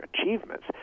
achievements